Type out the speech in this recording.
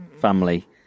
family